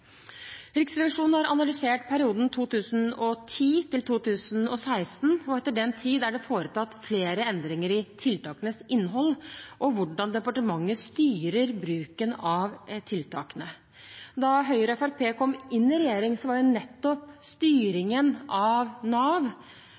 Riksrevisjonen har analysert perioden 2010–2016. Etter den tid er det foretatt flere endringer i tiltakenes innhold og hvordan departementet styrer bruken av tiltakene. Da Høyre og Fremskrittspartiet kom i regjering, var nettopp styringen av Nav noe av det